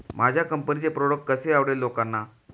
माझ्या कंपनीचे प्रॉडक्ट कसे आवडेल लोकांना?